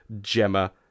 Gemma